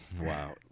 Wow